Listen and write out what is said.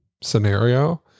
scenario